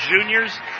juniors